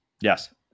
Yes